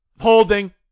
holding